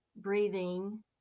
breathing